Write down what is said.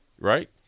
Right